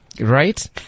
right